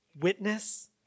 witness